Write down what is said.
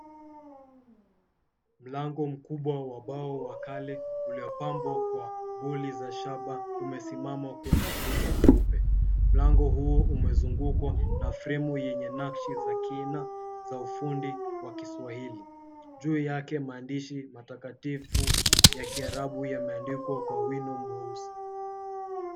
Mlango mkubwa wa bao wa kale uliopambwa kwa boli za shaba umesimama kwenye ukuta mweupe. Mlango huu umezungukwa na fremu yenye nakshi za kina za ufundi wa kiswahili. Juu yake maandishi matakatifu ya kiarabu yameandikwa kwa wino mweusi.